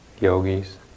yogis